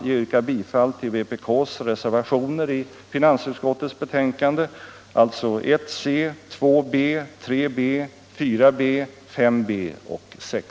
Jag yrkar bifall till vpk:s reservationer vid finansutskottets betänkande, alltså reservationerna 1C, 2B, 3B, 4B, 5B och 6.